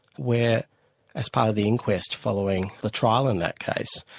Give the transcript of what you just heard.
where as part of the inquest following the trial in that case,